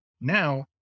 now